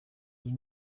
iyi